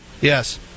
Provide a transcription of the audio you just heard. Yes